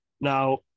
Now